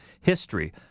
history